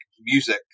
music